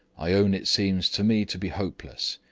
i own it seems to me to be hopeless.